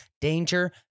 danger